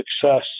success